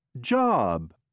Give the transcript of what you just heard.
Job